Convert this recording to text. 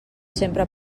sempre